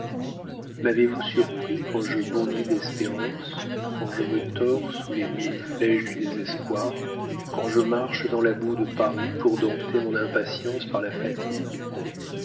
m'avez-vous surpris quand je bondis d'espérance quand je me tords sous les mille flèches du désespoir quand je marche dans la boue de paris pour dompter mon impatience par la fatigue